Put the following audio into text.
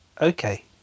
okay